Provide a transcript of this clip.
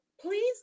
Please